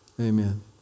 Amen